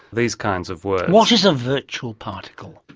these kinds of words. what is a virtual particle?